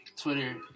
Twitter